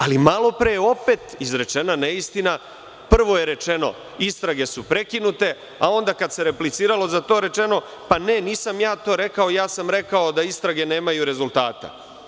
Ali, malopre je opet izrečena neistina, prvo je rečeno – istrage su prekinute, a onda kada se repliciralo to je rečeno – pa nisam to rekao, rekao sam da istrage nemaju rezultata.